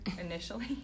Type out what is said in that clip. initially